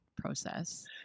process